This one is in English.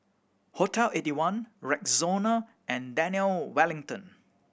Hotel Eighty One Rexona and Daniel Wellington